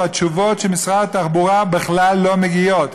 והתשובות של משרד התחבורה בכלל לא מגיעות.